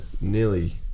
nearly